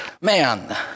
man